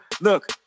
look